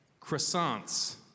croissants